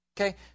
Okay